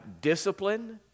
discipline